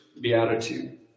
beatitude